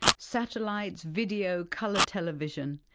satellites, video, colour television.